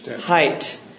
height